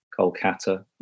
Kolkata